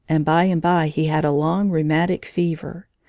and by and by he had a long rheumatic fever.